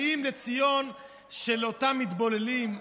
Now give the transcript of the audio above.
האם לציון של אותם מתבוללים?